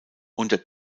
unter